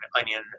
onion